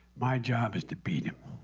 my job is to beat him.